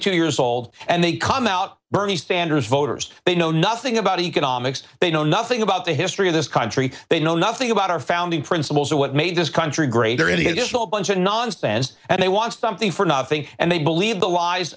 two years old and they come out bernie sanders voters they know nothing about economics they know nothing about the history of this country they know nothing about our founding principles or what made this country great or any additional bunch of nonsense and they want something for nothing and they believe the lies